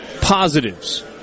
positives